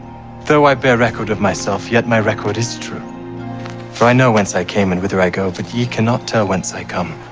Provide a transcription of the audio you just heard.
though i bear record of myself, yet my record is true for i know whence i came, and whither i go but ye cannot tell whence i come,